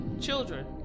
Children